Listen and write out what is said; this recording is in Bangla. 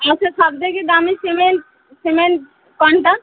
আচ্ছা সব থেকে দামি সিমেন্ট সিমেন্ট কোনটা